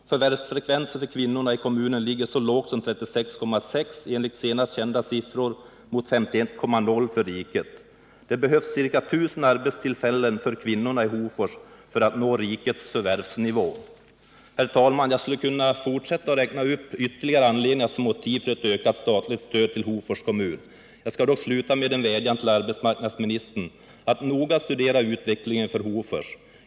Förvärvsfrekvensen för kvinnorna i kommunen ligger så lågt som 36,6 26 enligt senast kända siffror mot 51,0 26 för riket. Det behövs ca 1000 arbetstillfällen för kvinnorna i Hofors för att nå rikets förvärvsnivå. Herr talman! Jag skulle kunna fortsätta och räkna upp ytterligare anledningar för ett ökat statligt stöd till Hofors kommun. Jag skall dock sluta med en vädjan till arbetsmarknadsministern att noga studera utvecklingen för Hofors.